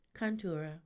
Contura